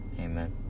Amen